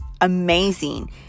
amazing